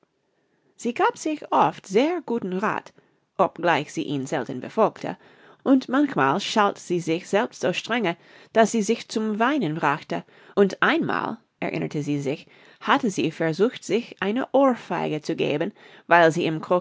sie gab sich oft sehr guten rath obgleich sie ihn selten befolgte und manchmal schalt sie sich selbst so strenge daß sie sich zum weinen brachte und einmal erinnerte sie sich hatte sie versucht sich eine ohrfeige zu geben weil sie